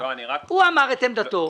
הוא אמר את עמדתו,